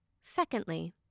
Secondly